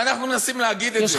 ואנחנו מנסים להגיד את זה.